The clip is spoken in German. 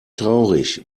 traurig